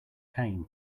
pain